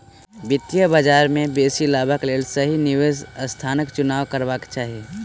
वित्तीय बजार में बेसी लाभक लेल सही निवेश स्थानक चुनाव करबाक चाही